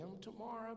tomorrow